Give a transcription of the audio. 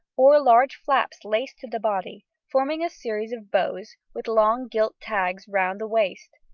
or large flaps laced to the body, forming a series of bows with long gilt tags round the waist.